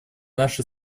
наши